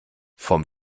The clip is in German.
vom